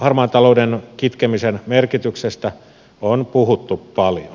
harmaan talouden kitkemisen merkityksestä on puhuttu paljon